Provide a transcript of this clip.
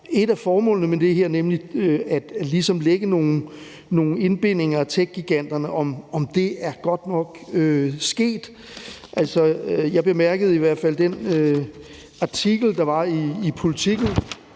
et af formålene med det her, nemlig at lægge nogle bindinger på techgiganterne, er beskrevet godt nok. Jeg bemærkede i hvert fald den artikel, der var i Politiken